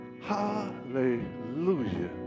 Hallelujah